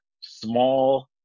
small